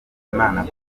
imana